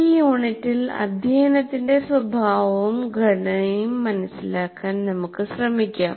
ഈ യൂണിറ്റിൽ അധ്യയനത്തിന്റെ സ്വഭാവവും ഘടനയും മനസിലാക്കാൻ നമുക്ക് ശ്രമിക്കാം